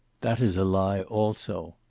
that is a lie also.